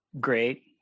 great